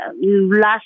last